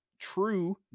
true